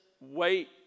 wait